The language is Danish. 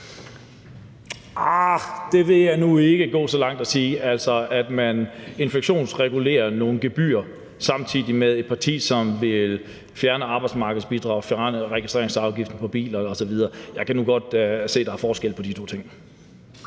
som til at sige. Altså, i forhold til at man inflationsregulerer nogle gebyrer og samtidig er et parti, som vil fjerne arbejdsmarkedsbidraget og fjerne registreringsafgiften på biler osv., kan jeg nu godt se, at der er forskel på de to ting.